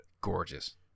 Gorgeous